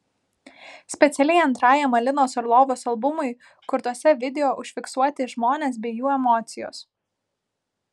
specialiai antrajam alinos orlovos albumui kurtuose video užfiksuoti žmones bei jų emocijos